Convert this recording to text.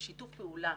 שיתוף פעולה